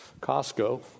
Costco